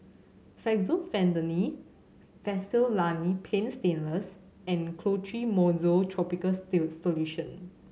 Fexofenadine Fastellani Paint Stainless and Clotrimozole tropical solution